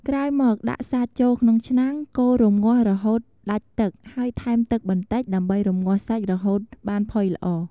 ក្រោយមក ដាក់សាច់ចូលក្នុងឆ្នាំងកូររំងាស់រហូតដាច់ទឹកហើយថែមទឹកបន្តិចដើម្បីរំងាស់សាច់រហូតបានផុយល្អ។